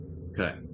Okay